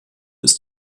ist